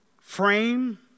frame